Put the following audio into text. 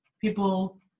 people